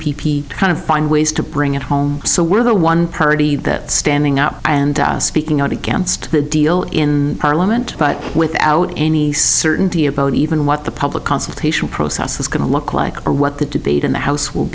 p kind of find ways to bring it home so whether one purdy that standing up and speaking out against the deal in parliament but without any certainty about even what the public consultation process is going to look like or what the debate in the house w